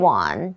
one